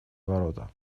ворота